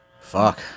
fuck